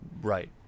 Right